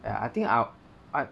and I think I'll